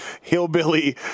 hillbilly